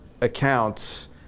accounts